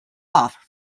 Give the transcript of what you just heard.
off